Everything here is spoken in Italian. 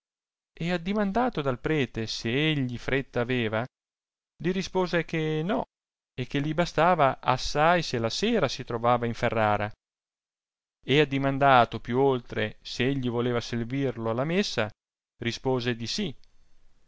a ferrara e addimandato dal prete se egli fretta aveva li rispose che no e che li bastava assai se la sera si trovava in ferrara e addimandato più oltre s'egli voleva servirlo alla messa rispose di si